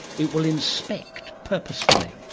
it will inspect purposefully.